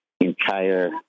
entire